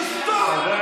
חבר הכנסת,